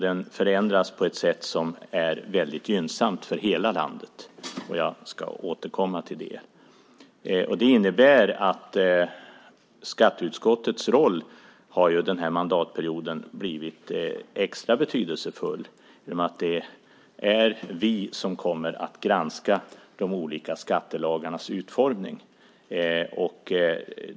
Den förändras på ett sätt som är gynnsamt för hela landet. Jag ska återkomma till det. Detta innebär att skatteutskottets roll har blivit extra betydelsefull denna mandatperiod. Det är utskottet som kommer att granska de olika skattelagarnas utformning.